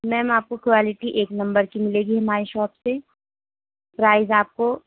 میم آپ کو کوالٹی ایک نمبر کی ملے گی ہماری شاپ سے پرائز آپ کو